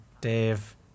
Dave